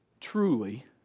truly